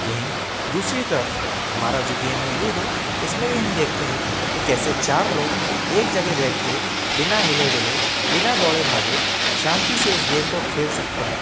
यहीं दूसरी तरफ़ हमारा जो गेम है लूडो इसमें भी हम देखते हैं कि कैसे चार लोग एक जगह बैठ के बिना हिले डुले बिना दौड़े भागे शांति से इस गेम को खेल सकते हैं